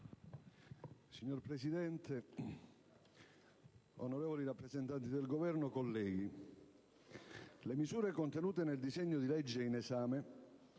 Signor Presidente, onorevoli rappresentanti del Governo, colleghi, le misure contenute nel provvedimento in esame